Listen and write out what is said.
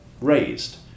raised